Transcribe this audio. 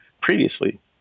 previously